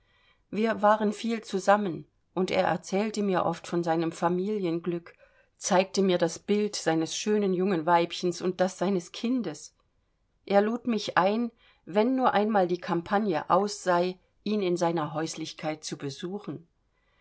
wir waren viel zusammen und er erzählte mir oft von seinem familienglück zeigte mir das bild seines schönen jungen weibchens und das seines kindes er lud mich ein wenn nur einmal die campagne aus sei ihn in seiner häuslichkeit zu besuchen